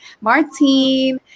Martine